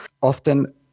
Often